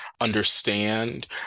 understand